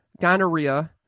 gonorrhea